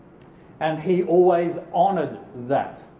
and he always honoured that.